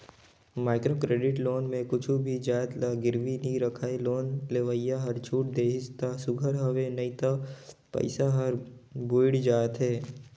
micro credit loan में कुछु भी जाएत ल गिरवी नी राखय लोन लेवइया हर छूट देहिस ता सुग्घर हवे नई तो पइसा हर बुइड़ जाथे